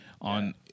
on